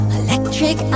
electric